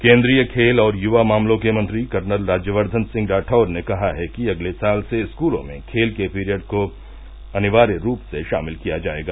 केंद्रीय खेल और युवा मामलों के मंत्री कर्नल राज्यवर्द्घन सिंह रावैर ने कहा है कि अगले साल से स्कूलों में खेल के पीरियड को अनिवार्य रूप से शामिल किया जाएगा